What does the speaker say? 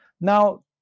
now